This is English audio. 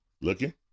looking